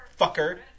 fucker